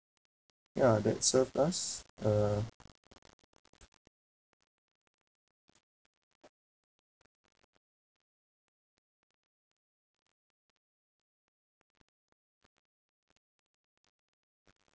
ya that serve us uh